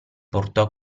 portò